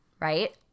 right